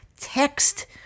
text